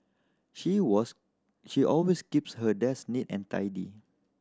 she was she always keeps her desk neat and tidy